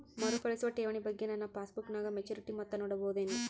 ಮರುಕಳಿಸುವ ಠೇವಣಿ ಬಗ್ಗೆ ನನ್ನ ಪಾಸ್ಬುಕ್ ನಾಗ ಮೆಚ್ಯೂರಿಟಿ ಮೊತ್ತ ನೋಡಬಹುದೆನು?